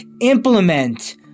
implement